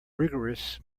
rigorous